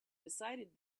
decided